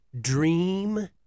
dream